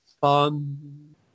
fun